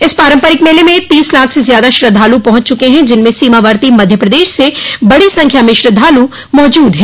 इस पारम्परिक मेले में तीस लाख से ज़्यादा श्रद्वालु पहुंच चुके हैं जिनमें सीमावर्ती मध्य प्रदेश से बड़ी संख्या में श्रद्वालु मौजूद हैं